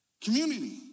Community